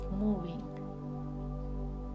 moving